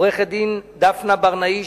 עורכת-הדין דפנה ברנאי,